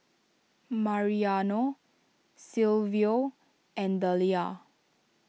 Mariano Silvio and Dellia